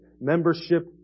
Membership